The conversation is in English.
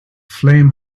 flame